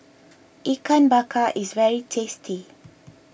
Ikan Bakar is very tasty